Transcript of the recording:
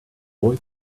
boy